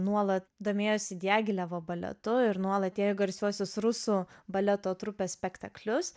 nuolat domėjosi diagilevo baletu ir nuolat į garsiuosius rusų baleto trupės spektaklius